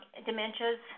dementias